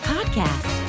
Podcast